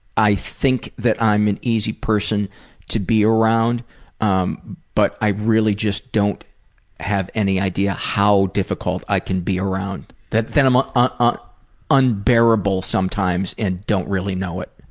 i think that i'm an easy person to be around um but i really just don't have any idea how difficult i can be around that i'm ah ah unbearable sometimes and don't really know it.